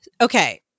okay